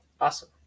Awesome